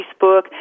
Facebook